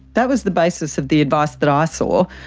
that was the basis of the advice that i saw,